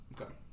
Okay